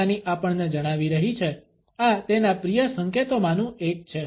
નિશાની આપણને જણાવી રહી છે આ તેના પ્રિય સંકેતોમાંનું એક છે